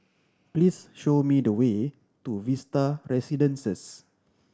please show me the way to Vista Residences